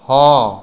ହଁ